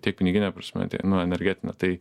tiek pinigine prasme tiek na energetine tai